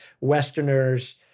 Westerners